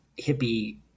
hippie